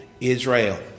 Israel